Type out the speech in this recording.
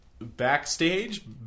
backstage